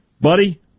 buddy